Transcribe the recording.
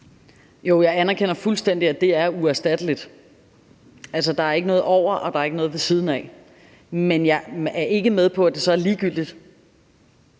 Jo, jeg anerkender fuldstændig, at det er uerstatteligt. Der er ikke noget over, og der er ikke noget ved siden af. Men jeg er ikke med på, at det så er ligegyldigt.